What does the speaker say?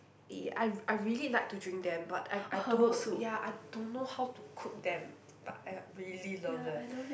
uh I I really like to drink them but I I don't ya I don't know how to cook them but !aiya! really love them